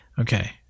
Okay